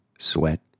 sweat